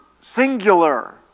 singular